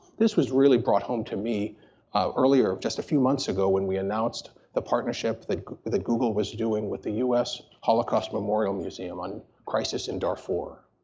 this was really brought home to me earlier just a few months ago when we announced the partnership that google was doing with the us holocaust memorial museum on crisis in darfur.